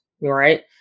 right